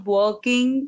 working